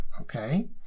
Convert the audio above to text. Okay